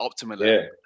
optimally